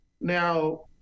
Now